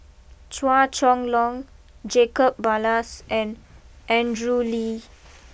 Chua Chong long Jacob Ballas and Andrew Lee